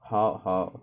好好